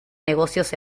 negocios